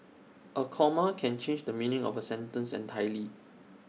A comma can change the meaning of A sentence entirely